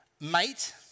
mate